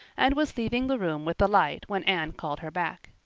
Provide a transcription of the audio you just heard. and was leaving the room with the light when anne called her back.